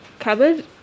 Cupboard